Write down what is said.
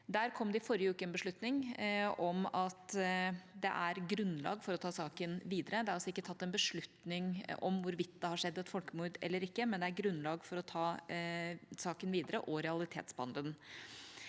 Der kom det i forrige uke en beslutning om at det er grunnlag for å ta saken videre. Det er altså ikke tatt en beslutning om hvorvidt det har skjedd et folkemord eller ikke, men det er grunnlag for å ta saken videre og realitetsbehandle den.